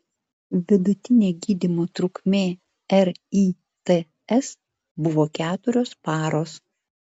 vidutinė gydymo trukmė rits buvo keturios paros